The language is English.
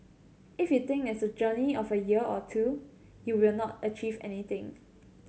if you think it's a journey of a year or two you will not achieve anything